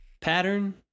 pattern